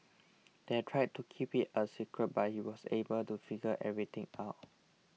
they tried to keep it a secret but he was able to figure everything out